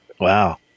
Wow